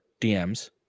DMs